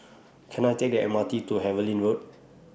Can I Take The M R T to Harlyn Road